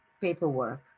paperwork